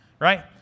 Right